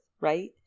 right